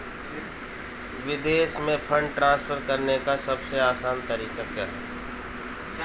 विदेश में fund transfer करने का सबसे आसान तरीका क्या है?